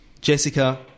Jessica